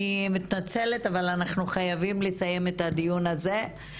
אני מתנצלת אבל אנחנו חייבים לסיים את הדיון הזה.